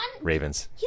Ravens